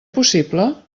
possible